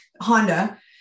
Honda